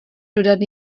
dodat